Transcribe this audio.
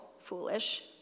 foolish